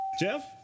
Jeff